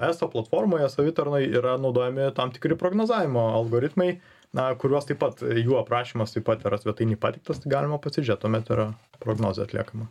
eso platformoje savitarnoj yra naudojami tam tikri prognozavimo algoritmai na kuriuos taip pat jų aprašymas taip pat yra svetainėj pateiktas tai galima pasižėt tuomet yra prognozė atliekama